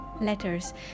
Letters